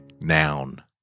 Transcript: Noun